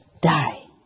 die